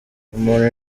umuntu